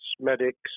medics